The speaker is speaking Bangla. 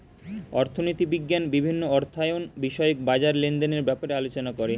অর্থনীতি বিজ্ঞান বিভিন্ন অর্থায়ন বিষয়ক বাজার লেনদেনের ব্যাপারে আলোচনা করে